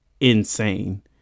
insane